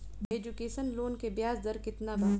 Education loan के ब्याज दर केतना बा?